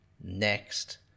next